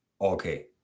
okay